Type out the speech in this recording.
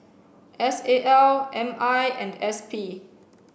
S A L M I and S P